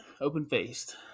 open-faced